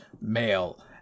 male